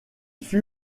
fut